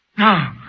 No